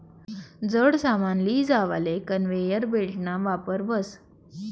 जड सामान लीजावाले कन्वेयर बेल्टना वापर व्हस